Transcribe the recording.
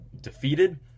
defeated